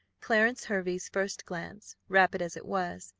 clarence hervey's first glance, rapid as it was,